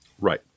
Right